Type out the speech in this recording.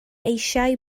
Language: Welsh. eisiau